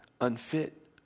unfit